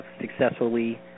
successfully